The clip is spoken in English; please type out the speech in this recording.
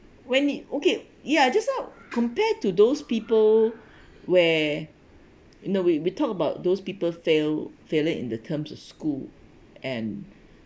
when it okay ya just now compared to those people where in the way we talk about those people fail failure in the terms of school and